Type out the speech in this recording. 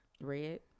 Red